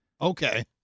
Okay